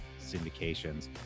syndications